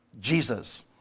Jesus